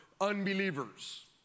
unbelievers